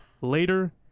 later